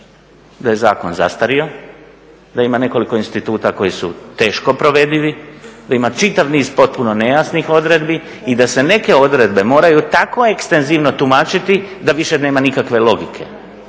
da je zakon zastario, da ima nekoliko instituta koji su teško provedivi, da ima čitav niz potpuno nejasnih odredbi i da se neke odredbe moraju tako ekstenzivno tumačiti da više nema nikakve logike.